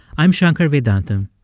i'm shankar vedantam,